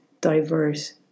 diverse